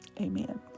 amen